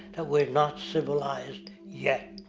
that we're not civilized yet.